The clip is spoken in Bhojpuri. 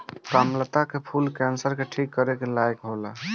कामलता के फूल कैंसर के ठीक करे लायक होला